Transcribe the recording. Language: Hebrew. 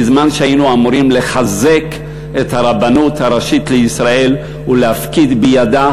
בזמן שהיינו אמורים לחזק את הרבנות הראשית לישראל ולהפקיד בידיה